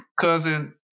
Cousin